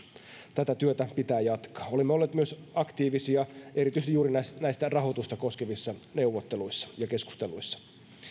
tätä työtä pitää jatkaa olemme olleet myös aktiivisia erityisesti juuri näissä rahoitusta koskevissa neuvotteluissa ja keskusteluissa